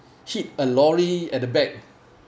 hit a lorry at the back